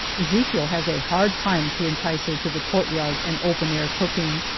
ezechiel has a hard time to entice her to the courtyard and open-air cooking.